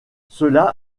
cela